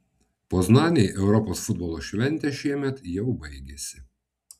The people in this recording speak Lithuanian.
poznanei europos futbolo šventė šiemet jau baigėsi